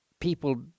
people